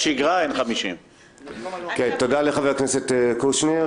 בשגרה אין 50. תודה לחבר הכנסת קושניר.